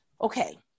okay